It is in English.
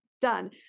done